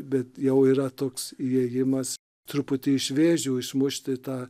bet jau yra toks įėjimas truputį iš vėžių išmušti tą